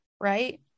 right